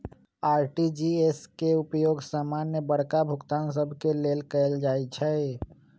RTGS के उपयोग समान्य बड़का भुगतान सभ के लेल कएल जाइ छइ